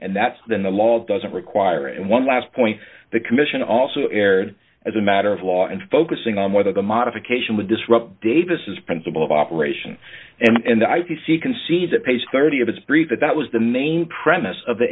and that's been the law doesn't require and one last point the commission also erred as a matter of law and focusing on whether the modification would disrupt davis principle of operation and i could see concede that page thirty of his brief that that was the main premise of the